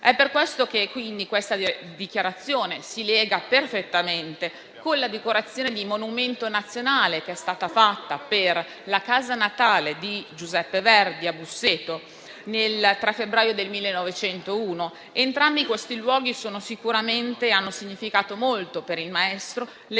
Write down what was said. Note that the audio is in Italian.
È per questo che questa dichiarazione si lega perfettamente con la dichiarazione di monumento nazionale che è stata fatta per la casa natale di Giuseppe Verdi a Busseto il 3 febbraio del 1901. Entrambi questi luoghi hanno significato molto per il maestro, legandosi